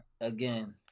again